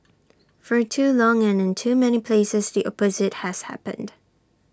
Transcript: for too long and in too many places the opposite has happened